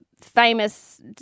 famous